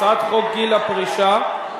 ההצעה להסיר מסדר-היום את הצעת חוק גיל פרישה (תיקון,